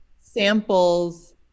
samples